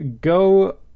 go